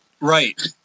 Right